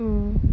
mm